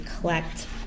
collect